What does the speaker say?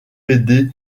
aider